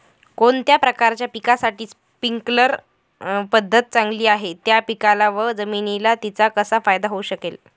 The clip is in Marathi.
कोणत्या प्रकारच्या पिकासाठी स्प्रिंकल पद्धत चांगली आहे? त्या पिकाला व जमिनीला तिचा कसा फायदा होऊ शकेल?